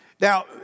Now